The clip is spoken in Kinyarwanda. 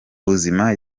buzima